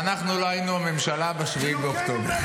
שאנחנו לא היינו הממשלה ב-7 באוקטובר.